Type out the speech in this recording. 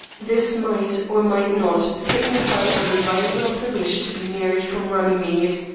this might, or might not, signify a revival of the wish to be married from runnymede.